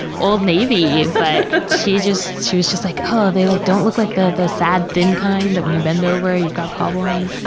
old navy. but she just she was just like, oh they like don't look like the the sad, thin kind that when you bend over you've got problems.